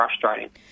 frustrating